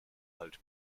alt